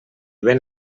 ven